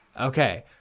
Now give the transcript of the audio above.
Okay